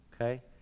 Okay